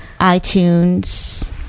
iTunes